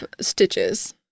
stitches